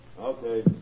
Okay